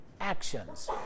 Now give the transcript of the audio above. actions